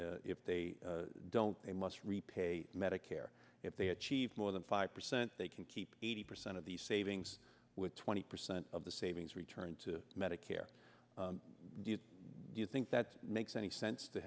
if they don't they must repay medicare if they achieve more than five percent they can keep eighty percent of the savings with twenty percent of the savings returned to medicare do you do you think that makes any sense to